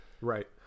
right